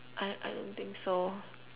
I I don't think so